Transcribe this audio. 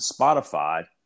Spotify